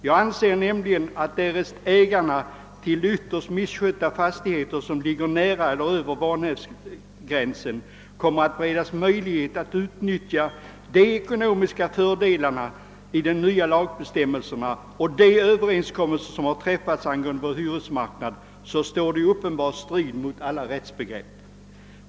Jag anser nämligen att det står i uppenbar strid mot alla rättsbegrepp, därest ägarna till de ytterst misskötta fastigheter som ligger nära eller över vanhävdsgränsen kommer att beredas möjligheter att utnyttja de ekonomiska fördelarna i de nya lagbestämmelserna och de överenskommelser som har träffats angående vår hyresmarknad.